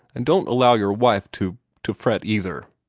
and don't allow your wife to to fret either.